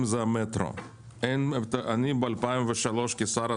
אני אגיד משהו קצת יותר כללי.